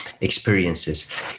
experiences